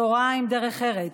תורה עם דרך ארץ,